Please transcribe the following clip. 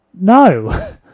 No